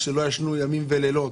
איך שהם לא ישנו ימים ולילות.